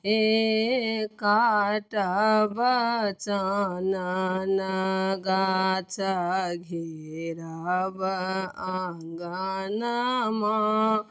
हे काटब चननऽ गाछ घेरब अङ्गनमा